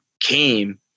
came